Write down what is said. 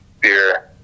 beer